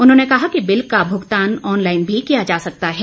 उन्होंने कहा बिल का भुगतान ऑनलाईन भी किया जा सकता है